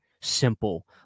simple